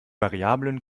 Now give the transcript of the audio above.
variablen